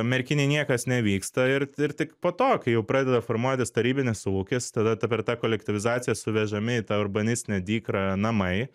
merkinėj niekas nevyksta ir ir tik po to kai jau pradeda formuotis tarybinis ūkis tada per tą kolektyvizaciją suvežami į tą urbanistinę dykrą namai